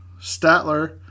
Statler